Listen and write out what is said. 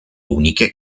uniche